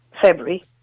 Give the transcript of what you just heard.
February